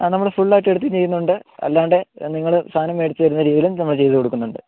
ആ നമ്മൾ ഫുള്ളായിട്ട് എടുത്ത് ചെയ്യുന്നുണ്ട് അല്ലാണ്ട് നിങ്ങൾ സാധനം മേടിച്ചു തരുന്ന രീതിയിലും നമ്മൾ ചെയ്തുകൊടുക്കുന്നുണ്ട്